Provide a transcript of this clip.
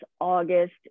August